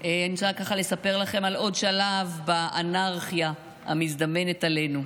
אני רוצה ככה לספר לכם על עוד שלב באנרכיה המזדמנת עלינו.